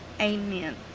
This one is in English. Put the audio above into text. amen